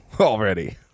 already